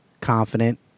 confident